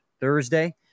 Thursday